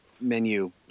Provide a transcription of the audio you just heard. menu